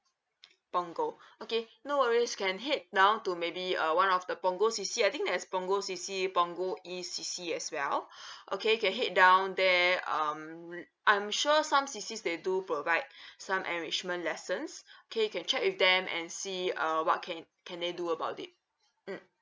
punggol okay no worries can head down to maybe uh one of the punggol C_C I think there's a punggol C_C punggol east C_C as well okay can head down there um I'm sure some C_Cs they do provide some enrichment lessons okay can check with them and see uh what can can they do about it mm